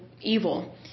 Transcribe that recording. evil